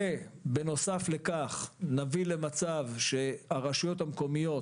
ובנוסף לכך נביא למצב שהרשויות המקומיות